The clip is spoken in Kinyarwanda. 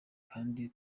kandi